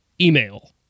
email